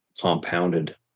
compounded